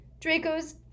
Draco's